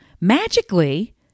magically